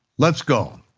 let's go.